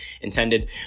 intended